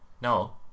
no